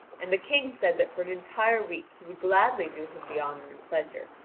and the king said that for an entire week he would gladly do him the honour and pleasure,